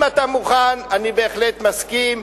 אם אתה מוכן, אני בהחלט מסכים.